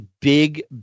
big